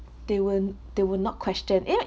they will they will not question it